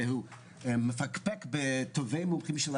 ומפקפק בטובי המומחים,